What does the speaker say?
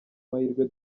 mahirwe